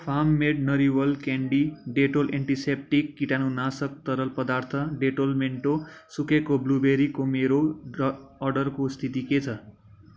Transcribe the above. farm made नरिवल candy Dettol antiseptic कीटाणुनाशक तरल पदार्थ डेटोल मेन्टो सुकेको ब्लुबेरीको मेरो र अर्डरको स्थिति के छ